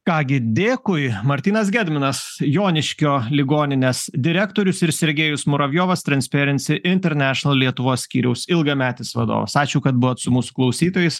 ką gi dėkui martynas gedminas joniškio ligoninės direktorius ir sergėjus muravjovas trenspėrins internešinal lietuvos skyriaus ilgametis vadovas ačiū kad buvot su mūsų klausytojais